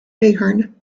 ahern